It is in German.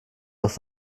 doch